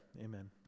amen